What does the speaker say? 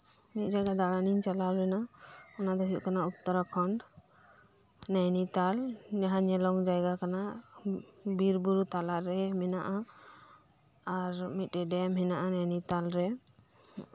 ᱢᱤᱫ ᱡᱟᱭᱜᱟ ᱫᱟᱬᱟᱱᱤᱧ ᱪᱟᱞᱟᱣ ᱞᱮᱱᱟ ᱚᱱᱟ ᱫᱚ ᱦᱩᱭᱩᱜ ᱠᱟᱱᱟ ᱩᱛᱛᱚᱨᱟᱠᱷᱚᱱᱰ ᱱᱮᱜ ᱱᱮᱛᱟᱨ ᱡᱟᱸᱦᱟ ᱧᱮᱞᱚᱜ ᱡᱟᱭᱜᱟ ᱠᱟᱱᱟ ᱵᱤᱨᱼᱵᱩᱨᱩ ᱛᱟᱞᱟᱨᱮ ᱢᱮᱱᱟᱜᱼᱟ ᱟᱨ ᱢᱤᱫᱴᱮᱱ ᱰᱮᱢ ᱢᱮᱱᱟᱜᱼᱟ ᱤᱱᱟᱹ ᱛᱟᱞᱟᱨᱮ